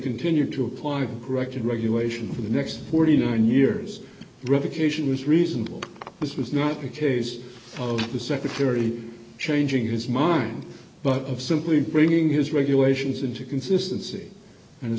continued to apply correction regulation for the next forty nine years revocation was reasonable this was not the case for the secretary changing his mind but of simply bringing his regulations into consistency and